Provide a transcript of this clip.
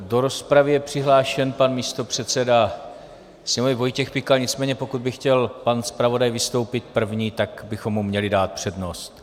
Do rozpravy je přihlášen pan místopředseda Sněmovny Vojtěch Pikal, nicméně pokud by chtěl pan zpravodaj vystoupit první, tak bychom mu měli dát přednost.